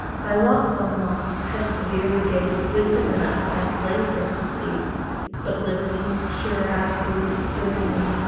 by loss on loss i have severely gained wisdom enough my slavery to see but liberty, pure, absolute, serene,